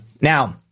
Now